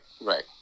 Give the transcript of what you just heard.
right